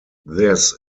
this